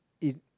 it